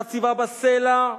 חציבה בסלע.